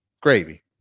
gravy